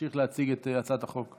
להמשיך להציג את הצעת החוק.